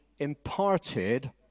imparted